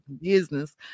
business